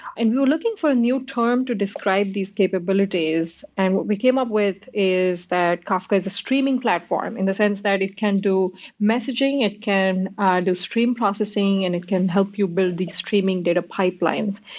and looking for a new term to describe these capabilities, and what we came up with is that kafka is a streaming platform in the sense that it can do messaging, it can ah do stream processing and it can help you build the streaming data pipelines.